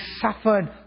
suffered